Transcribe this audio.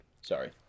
Sorry